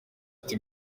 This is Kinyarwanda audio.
nti